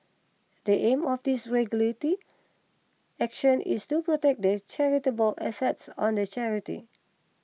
the aim of this regulatory action is still protect the charitable assets of the charity